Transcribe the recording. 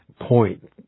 point